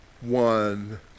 one